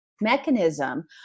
mechanism